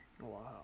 Wow